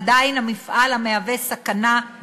עדיין המפעל המהווה סכנה נמצא באזור.